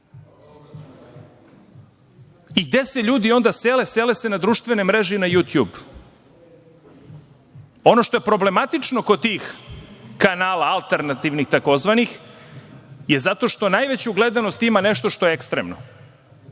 I gde se ljudi onda sele? Sele se na društvene mreže i na „Jutjub“. Ono što je problematično kod tih kanala alternativnih tzv. je zato što najveću gledanost ima nešto što je ekstremno.